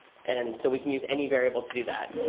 and so we can use any variable to do that.